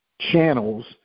channels